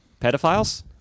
Pedophiles